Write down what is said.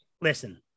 Listen